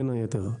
בין היתר.